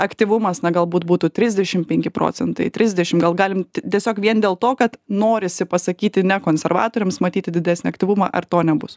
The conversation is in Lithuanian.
aktyvumas na galbūt būtų trisdešim penki procentai trisdešim gal galim tiesiog vien dėl to kad norisi pasakyti ne konservatoriams matyti didesnį aktyvumą ar to nebus